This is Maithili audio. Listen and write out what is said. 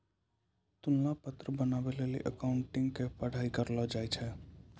तुलना पत्र बनाबै लेली अकाउंटिंग के पढ़ाई करलो जाय छै